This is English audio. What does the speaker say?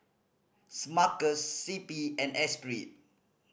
Smuckers C P and Esprit